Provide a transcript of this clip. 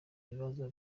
ibibazo